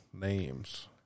names